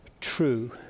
true